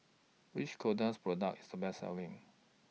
Which Kordel's Product IS The Best Selling